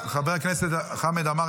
חבר הכנסת חמד עמאר,